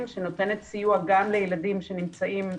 שנותנת סיוע גם לילדים שנמצאים בקהילה,